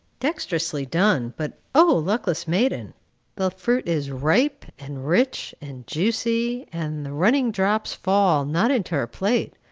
dexterously done but o luckless maiden the fruit is ripe, and rich, and juicy, and the running drops fall, not into her plate,